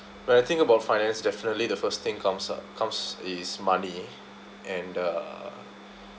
but the thing about finance definitely the first thing comes up comes is money and uh